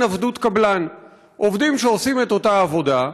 עבדות קבלן: עובדים שעושים את אותה עבודה,